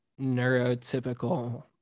neurotypical